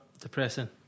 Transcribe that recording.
depressing